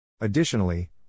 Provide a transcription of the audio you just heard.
Additionally